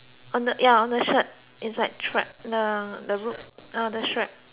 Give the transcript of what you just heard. shirt it's like trap the the roof uh the strap